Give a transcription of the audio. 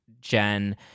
Jen